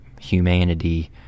humanity